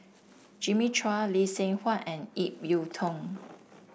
Jimmy Chua Lee Seng Huat and Ip Yiu Tung